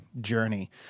journey